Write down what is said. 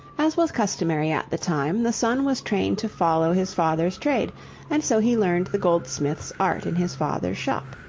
as was customary at the time, the son was trained to follow his father's trade and so he learned the goldsmith's art in his father's shop.